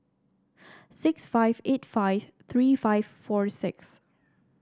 six five eight five three five four six